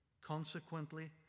Consequently